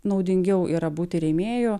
naudingiau yra būti rėmėju